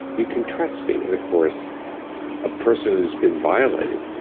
you can trust me, and of course a person who's been violated,